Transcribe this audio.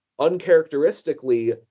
uncharacteristically